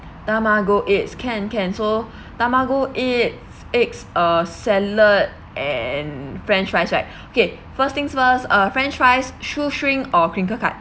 tamago eggs can can so tamago eggs eggs uh salad and french fries right okay first things first uh french fries shoestring or crinkle cut